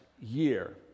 year